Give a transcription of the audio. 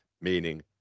meaning